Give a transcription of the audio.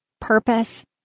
purpose